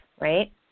right